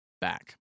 back